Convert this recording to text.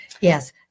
Yes